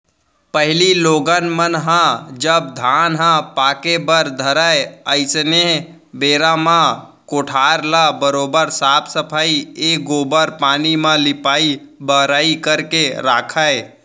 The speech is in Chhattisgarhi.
पहिली लोगन मन ह जब धान ह पाके बर धरय अइसनहे बेरा म कोठार ल बरोबर साफ सफई ए गोबर पानी म लिपाई बहराई करके राखयँ